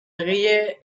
egile